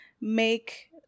make